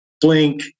blink